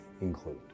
include